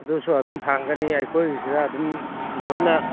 ꯑꯗꯨꯁꯨ ꯑꯗꯨꯝ ꯐꯪꯒꯅꯤ ꯑꯩꯈꯣꯏꯒꯤꯁꯤꯗ ꯑꯗꯨꯝ ꯂꯣꯏꯅ